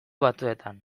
batuetan